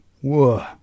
Whoa